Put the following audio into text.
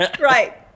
Right